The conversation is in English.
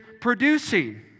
producing